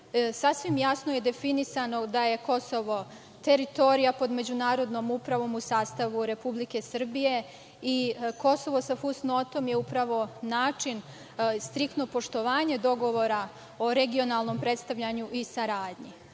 Sasvim jasno je definisano da je Kosovo teritorija pod međunarodnom upravom u sastavu Republike Srbije i Kosovo sa fusnotom je upravo način striktno poštovanja dogovora o regionalnom predstavljanju i saradnji.U